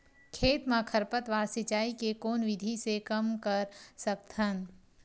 खेत म खरपतवार सिंचाई के कोन विधि से कम कर सकथन?